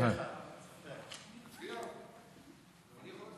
ההצעה להעביר את